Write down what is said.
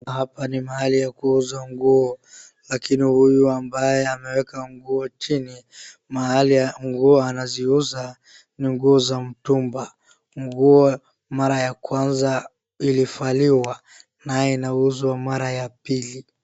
Hapa ni mahali ya kuuza nguo lakini huyu ambaye ameweka nguo chini. Mahali nguo anaziuza ni nguo za mtumba, Nguo mara ya kwanza ilivaliwa na inauzwa mara ya pili.